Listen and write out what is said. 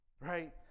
right